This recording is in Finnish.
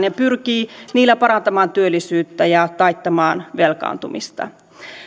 ja pyrkii niillä parantamaan työllisyyttä ja taittamaan velkaantumista